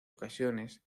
ocasiones